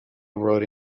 wrote